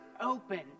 open